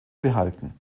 behalten